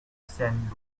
saint